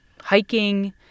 hiking